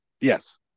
Yes